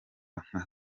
nka